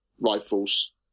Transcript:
rifles